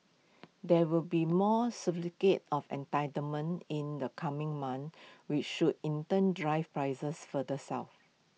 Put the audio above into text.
there will be more certificates of entitlement in the coming months which should in turn drive prices further south